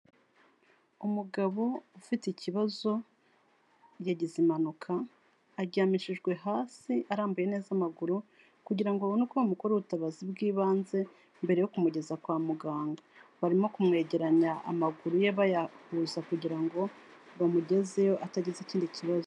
Umugabo ufite ikibazo, yagize impanuka aryamishijwe hasi arambuye neza amaguru kugira ngo babone ko bamukora ubutabazi bw'ibanze mbere yo kumugeza kwa muganga, barimo kumwegeranya amaguru ye bayahuza kugira ngo bamugezeyo atagize ikindi kibazo.